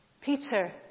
Peter